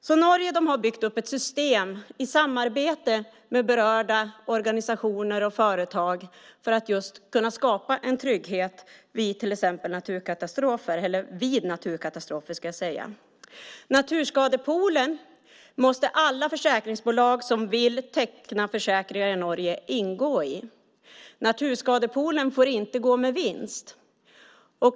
I Norge har man byggt upp ett system i samarbete med berörda organisationer och företag för att kunna skapa en trygghet vid naturkatastrofer. Alla försäkringsbolag som vill teckna försäkringar i Norge måste ingå i Naturskadepoolen. Den får inte gå med vinst.